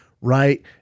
right